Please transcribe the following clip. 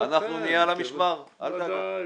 -- אנחנו נהיה על המשמר, אל דאגה.